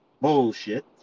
Bullshit